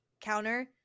counter